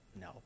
no